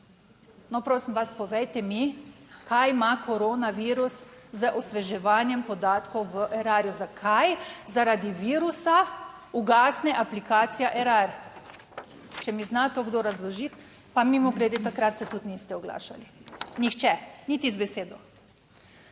No, prosim vas, povejte mi, kaj ima koronavirus z osveževanjem podatkov v Erarju, zakaj zaradi virusa ugasne aplikacija Erar. Če mi zna to kdo razložiti, pa mimogrede, takrat se tudi niste oglašali, nihče niti z besedo.